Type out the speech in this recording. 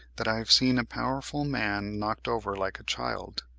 that i have seen a powerful man knocked over like a child.